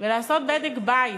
לעשות בדק-בית